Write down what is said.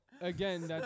again